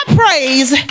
praise